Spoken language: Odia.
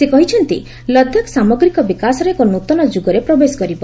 ସେ କହିଛନ୍ତି ଲଦାଖ ସାମଗ୍ରିକ ବିକାଶର ଏକ ନୂତନ ଯୁଗରେ ପ୍ରବେଶ କରିବ